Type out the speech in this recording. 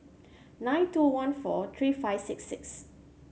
nine two one four three five six six